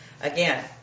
again